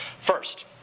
First